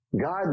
God